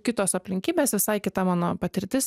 kitos aplinkybės visai kita mano patirtis